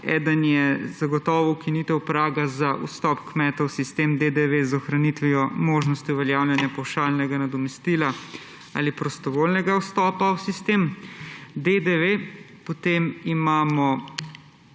Eden je zagotovo ukinitev praga za vstop kmetov v sistem DDV z ohranitvijo možnosti uveljavljanja pavšalnega nadomestila ali prostovoljnega vstopa v sistem DDV, potem imamo